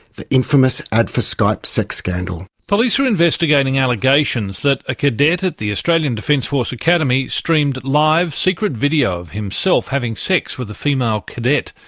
the infamous adfa skype sex scandal. police are investigating allegations that a cadet at the australian defence force academy streamed live secret video of himself having sex with a female cadet.